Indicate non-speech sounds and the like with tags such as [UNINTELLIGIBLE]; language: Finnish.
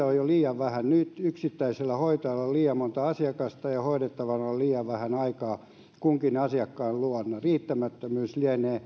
[UNINTELLIGIBLE] on jo liian vähän nyt yksittäisellä hoitajalla on liian monta asiakasta ja liian vähän aikaa kunkin asiakkaan luona riittämättömyys lienee